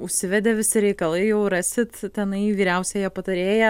užsivedė visi reikalai jau rasit tenai vyriausiąją patarėją